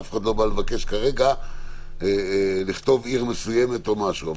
אף אחד לא בא לבקש כרגע לכתוב עיר מסוימת או משהו,